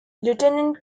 lieutenant